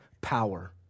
Power